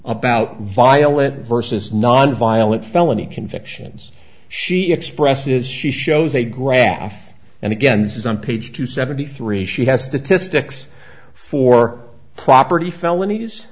about violent vs nonviolent felony convictions she expresses she shows a graph and again this is on page two seventy three she has to to sticks for property felonies